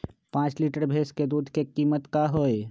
पाँच लीटर भेस दूध के कीमत का होई?